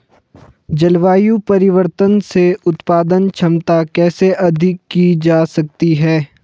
जलवायु परिवर्तन से उत्पादन क्षमता कैसे अधिक की जा सकती है?